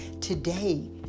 today